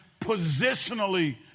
positionally